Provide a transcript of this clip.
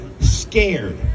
scared